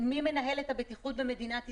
מי מנהל את הבטיחות במדינת ישראל,